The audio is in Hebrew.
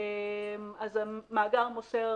אז המאגר מוסר